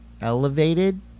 elevated